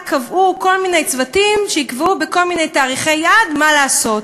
רק קבעו כל מיני צוותים שיקבעו בכל מיני תאריכי יעד מה לעשות.